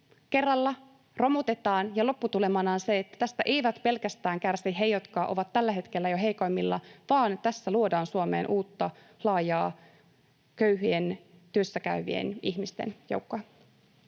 kerralla, romutetaan, ja lopputulemana on se, että tästä eivät kärsi pelkästään he, jotka ovat jo tällä hetkellä heikoimmilla, vaan tässä luodaan Suomeen uutta laajaa köyhien työssäkäyvien ihmisten joukkoa.